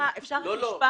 סליחה, אפשר לומר רק משפט?